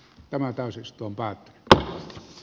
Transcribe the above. tämä täysistuntoa d a